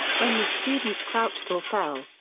when the students crouched or fell,